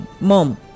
mom